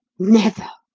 never!